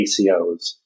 ACOs